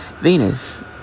Venus